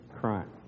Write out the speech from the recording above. crime